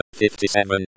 57